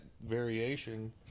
variation